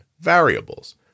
variables